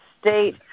state